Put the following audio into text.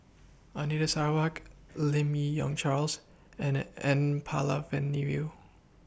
Anita Sarawak Lim Me Yong Charles and N Palanivelu